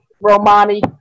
Romani